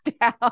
down